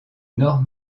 nord